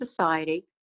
society